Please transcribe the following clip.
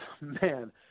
man